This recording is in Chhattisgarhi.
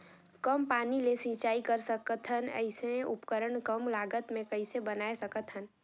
कम पानी ले सिंचाई कर सकथन अइसने उपकरण कम लागत मे कइसे बनाय सकत हन?